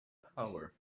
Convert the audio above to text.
power